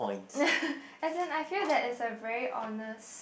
as in I feel that it's a very honest